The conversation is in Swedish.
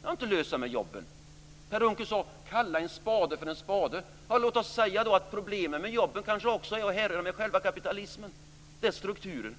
Det har inte löst sig med jobben. Per Unckel sade: Kalla en spade för en spade! Låt oss säga att problemen med jobben kanske också härrör från själva kapitalismen, dess struktur,